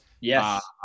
yes